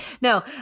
No